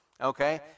okay